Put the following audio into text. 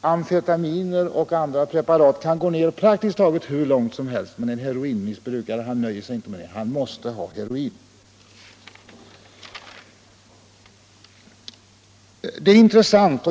amfetamin och andra preparat kan gå ner och bli praktiskt taget hur lågt som helst, men en heroinmissbrukare nöjer sig ändå inte med att köpa sådana preparat utan han måste ha heroin.